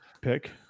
pick